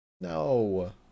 No